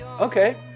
Okay